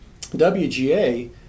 WGA